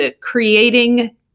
creating